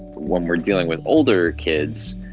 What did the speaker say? when we are dealing with older kids,